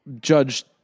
Judge